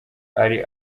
ari